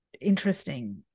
interesting